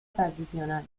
tradicional